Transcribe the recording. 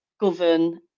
govern